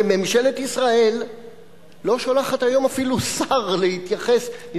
וממשלת ישראל לא שולחת היום אפילו שר להתייחס.